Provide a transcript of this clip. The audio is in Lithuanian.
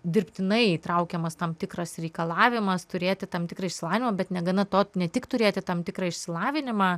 dirbtinai įtraukiamas tam tikras reikalavimas turėti tam tikrą išsilavinimą bet negana to ne tik turėti tam tikrą išsilavinimą